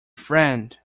friend